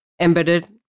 embedded